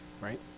right